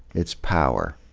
it's power.